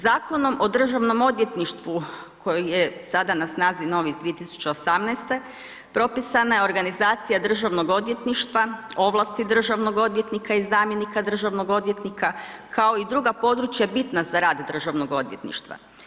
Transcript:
Zakonom o Državnom odvjetništvu koji je sada na snazi novi iz 2018., propisana je organizacija Državnog odvjetništva, ovlasti državnog odvjetnika i zamjenika državnog odvjetnika kao i druga područja bitna za rad Državnog odvjetništva.